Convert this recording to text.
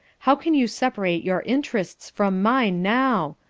how can you separate your interests from mine now?